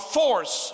force